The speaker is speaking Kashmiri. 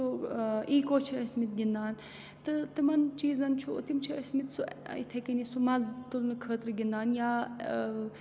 سُہ ایٖکو چھِ ٲسۍ مٕتۍ گِنٛدان تہٕ تِمَن چیٖزَن چھُ تِم چھِ ٲسۍ مٕتۍ سُہ اِتھَے کٔنی سُہ مَزٕ تُلنہٕ خٲطرٕ گِنٛدان یا